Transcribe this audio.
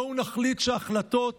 בואו נחליט שהחלטות